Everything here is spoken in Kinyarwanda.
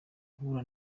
guhura